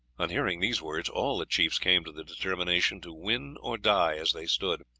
on hearing these words all the chiefs came to the determination to win or die as they stood.